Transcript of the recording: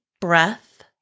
breath